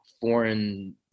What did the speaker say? foreign